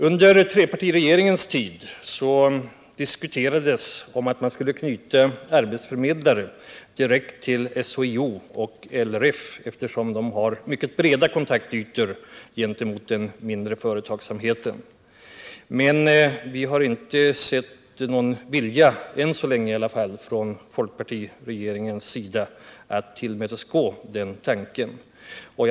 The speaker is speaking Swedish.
Under trepartiregeringens tid diskuterades det att knyta arbetsförmedlare direkt till SHIO och LRF, eftersom de har mycket breda kontaktytor gentemot den mindre företagsamheten. Men vi har inte —i varje fall inte än så länge — sett någon vilja från folkpartiregeringens sida att tillmötesgå det förslaget.